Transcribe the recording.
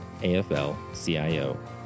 AFL-CIO